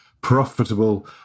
profitable